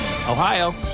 Ohio